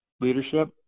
leadership